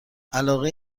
علاقه